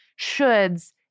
shoulds